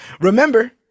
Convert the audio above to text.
remember